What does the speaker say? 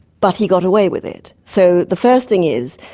but he got away with it. so the first thing is,